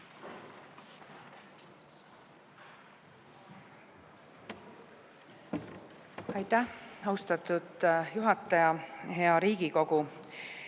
Aitäh, austatud juhataja! Hea Riigikogu!